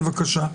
בבקשה.